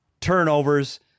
turnovers